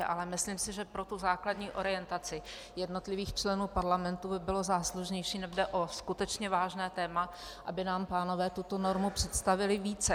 Ale myslím si, že pro tu zásadní orientaci jednotlivých členů parlamentu by bylo záslužnější, neb jde o skutečně vážné téma, aby nám pánové tuto normu představili více.